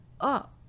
up